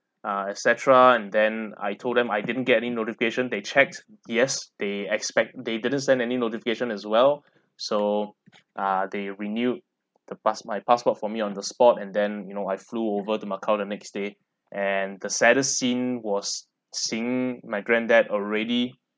ah et cetera and then I told them I didn't get any notification they checked yes they expect they didn't send any notification as well so ah they renewed the pass~ my passport for me on the spot and then you know I flew over the macau the next day and the saddest scene was seeing my granddad already